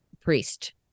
priest